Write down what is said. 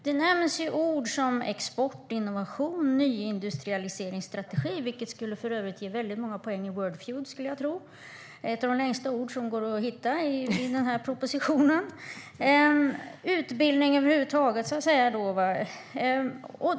Det nämns ord som export, innovation och nyindustrialiseringsstrategi - vilket för övrigt skulle ge väldigt många poäng i Wordfeud, skulle jag tro. Det är ett av de längsta ord som går att hitta i den här propositionen. Utbildningen över huvud taget nämns också.